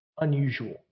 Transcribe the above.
unusual